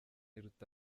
iruta